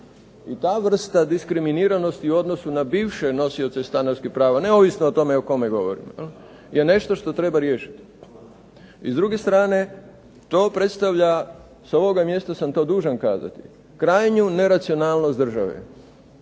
I ta vrsta diskriminiranosti u odnosu na bivše nosioce stanarskih prava, neovisno o tome o kome govorimo jel, je nešto što treba riješiti. I s druge strane to predstavlja, s ovoga mjesta sam to dužan kazati, krajnju neracionalnost države.